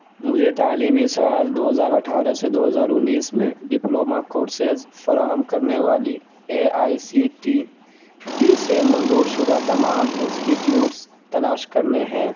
مجھے تعلیمی سال دو ہزار اٹھارہ سے دو ہزار انیس میں ڈپلومہ کورسز فراہم کرنے والی A I C T E سے منظور شدہ تمام انسٹیٹیوٹس تلاش کرنے ہیں